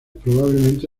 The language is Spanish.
probablemente